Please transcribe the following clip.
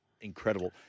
incredible